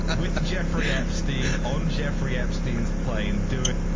and with jeffrey epstein, on jeffrey epstein's plane, doing